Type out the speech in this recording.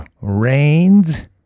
rains